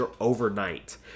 overnight